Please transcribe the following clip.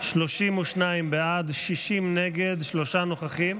32 בעד, 60 נגד, שלושה נוכחים.